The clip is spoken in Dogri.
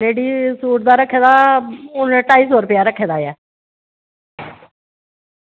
में सूट दा ढाई सौ रपेआ रक्खे दा ऐ